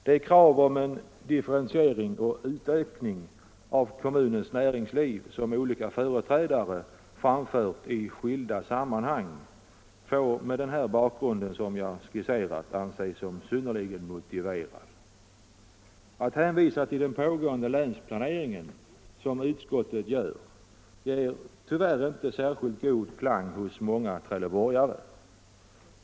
De krav om en differentiering och utökning av kommunens näringsliv som olika företrädare framfört i skilda sammanhang får, mot den skisserade bakgrunden, anses som synnerligen motiverade. Att hänvisa till den pågående länsplaneringen, som utskottet gör, har tyvärr inte en särskilt god klang hos många trelleborgare.